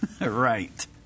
Right